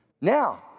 Now